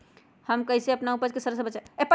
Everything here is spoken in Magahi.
हम कईसे अपना उपज के सरद से बचा के रखी?